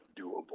doable